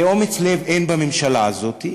ואומץ לב אין בממשלה הזאת,